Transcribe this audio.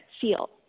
feel